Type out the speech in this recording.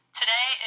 today